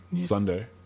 sunday